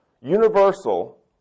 universal